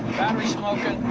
smoking.